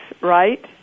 right